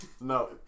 No